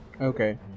Okay